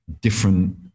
different